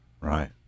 Right